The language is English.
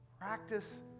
practice